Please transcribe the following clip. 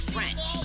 French